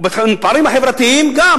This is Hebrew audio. ובפערים החברתיים, גם.